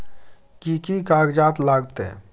कि कि कागजात लागतै?